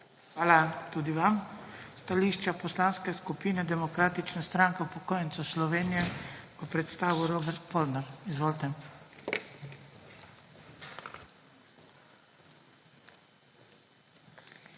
Hvala lepa. Stališče Poslanske skupine Demokratične stranke upokojencev Slovenije bo predstavil Robert Polnar. Izvolite.